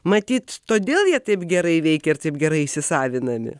matyt todėl jie taip gerai veikia ir taip gerai įsisavinami